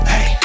Hey